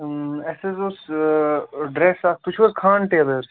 اَسہِ حظ اوس ڈرٛٮ۪س اَکھ تُہۍ چھُو حظ خان ٹیلٲرٕس